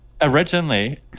originally